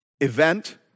Event